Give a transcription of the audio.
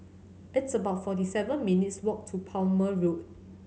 it's about forty seven minutes' walk to Plumer Road